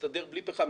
להסתדר בלי פחם,